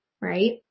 Right